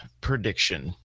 prediction